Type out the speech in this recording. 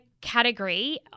category